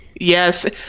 Yes